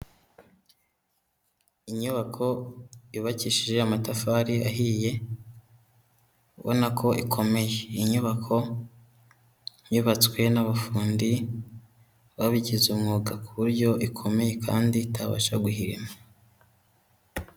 Inyubako yubakishije amatafari ahiye, ubona ko ikomeye, iyi nyubako yubatswe n'abafundi babigize umwuga ku buryo ikomeye kandi itabasha guhirima.